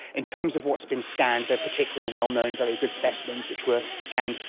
in terms of what has been scanned, there are particular well-known very good specimens which were scanned,